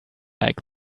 like